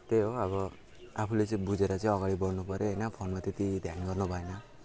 त्यही हो अब आफूले चाहिँ बुझेर चाहिँ अगाडि बढ्नु पऱ्यो होइन फोनमा त्यत्ति ध्यान गर्नुभएन